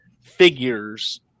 figures